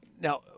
Now